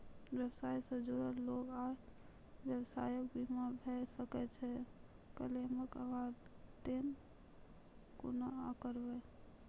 व्यवसाय सॅ जुड़ल लोक आर व्यवसायक बीमा भऽ सकैत छै? क्लेमक आवेदन कुना करवै?